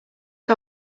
que